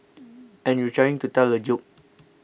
and you're trying to tell a joke